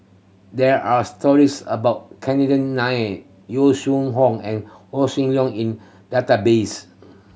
there are stories about Chandran Nair Yong Shu Hoong and Hossan Leong in database